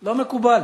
לא מקובל,